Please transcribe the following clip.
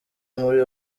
muri